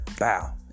wow